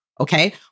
Okay